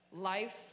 life